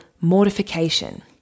mortification